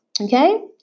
Okay